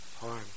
harm